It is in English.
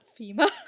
FEMA